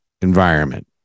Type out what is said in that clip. environment